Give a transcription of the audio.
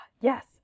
yes